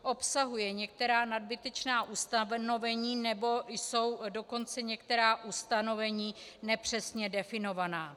Obsahuje některá nadbytečná ustanovení, nebo jsou dokonce některá ustanovení nepřesně definovaná.